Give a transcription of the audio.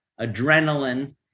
adrenaline